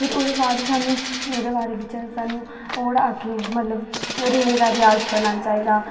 फिर ओह्दे बाद सानूं ओह्दे बाद बी चलो सानूं होर अग्गें मतलब रे दा रिआज करना चाहिदा